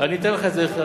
אני אתן לך את זה.